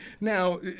Now